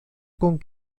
con